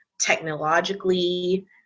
technologically